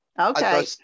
Okay